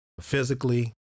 physically